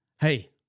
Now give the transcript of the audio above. Hey